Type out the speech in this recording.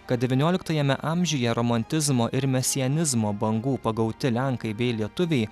kad devynioliktajame amžiuje romantizmo ir mesianizmo bangų pagauti lenkai bei lietuviai